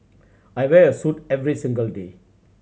I wear a suit every single day